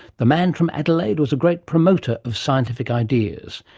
the man from adelaide was a great promoter of scientific ideas.